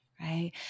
right